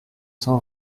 cent